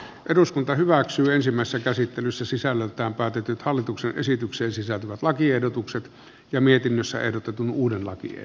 eduskunta hyväksyisimmässä käsittelyssä sisällöltään päätetyt hallituksen esitykseen sisältyvät lakiehdotukset ja mietinnössä ehdotetun uuden laki ei